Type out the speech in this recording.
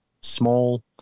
small